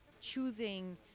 choosing